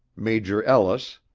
major ellis,